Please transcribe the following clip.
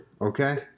Okay